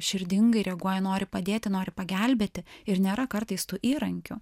širdingai reaguoja nori padėti nori pagelbėti ir nėra kartais tų įrankių